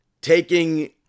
taking